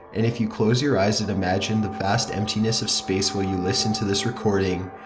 and if you close your eyes and imagine the vast emptiness of space while you listen to this recording,